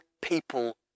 people